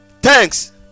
Thanks